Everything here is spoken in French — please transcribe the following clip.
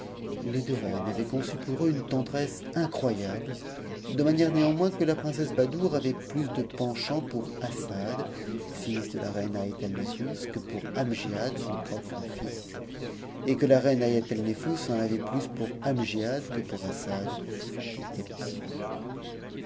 les deux reines avaient conçu pour eux une tendresse incroy able de manière néanmoins que la princesse badoure avait plus de penchant pour assad fils de la reine haïaialnefbus que pour amgiad son propt'c fils et que la reine haïatalnefbus en avait plus pour amgiad que pour assad qui était le sien